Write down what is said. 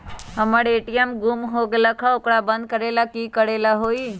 हमर ए.टी.एम गुम हो गेलक ह ओकरा बंद करेला कि कि करेला होई है?